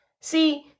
See